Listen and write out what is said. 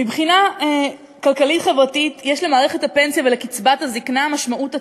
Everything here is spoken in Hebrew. מבחינה כלכלית-חברתית יש למערכת הפנסיה ולקצבת הזיקנה משמעות עצומה.